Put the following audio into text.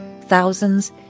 thousands